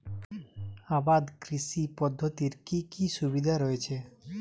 আবাদ কৃষি পদ্ধতির কি কি সুবিধা রয়েছে?